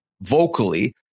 vocally